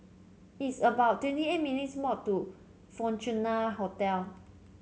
it's about twenty eight minutes' to Fortuna Hotel